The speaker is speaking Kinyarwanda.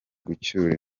gucyura